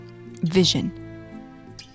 vision